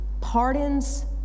pardons